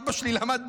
אבא שלי למד,